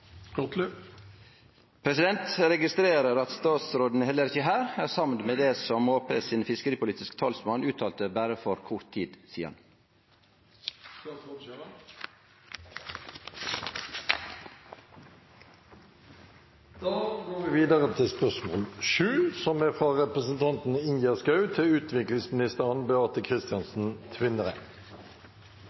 Eg registrerer at statsråden heller ikkje her er samd i det som Arbeidarpartiets fiskeripolitiske talsmann uttalte for berre kort tid